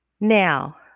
now